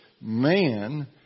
man